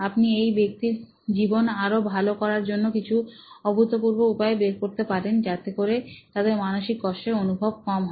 আপনি এই ব্যক্তির জীবন আরও ভালো করার জন্য কিছু অভূতপূর্ব উপায় বের করতে পারেন যাতে করে তাদের মানসিক কষ্টের অনুভব কম হয়